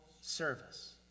service